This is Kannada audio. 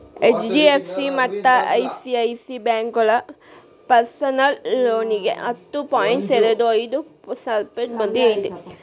ಎಚ್.ಡಿ.ಎಫ್.ಸಿ ಮತ್ತ ಐ.ಸಿ.ಐ.ಸಿ ಬ್ಯಾಂಕೋಳಗ ಪರ್ಸನಲ್ ಲೋನಿಗಿ ಹತ್ತು ಪಾಯಿಂಟ್ ಎರಡು ಐದು ಪರ್ಸೆಂಟ್ ಬಡ್ಡಿ ಐತಿ